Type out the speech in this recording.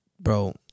Bro